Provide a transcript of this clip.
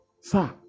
sir